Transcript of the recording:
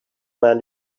man